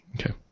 Okay